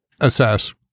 assess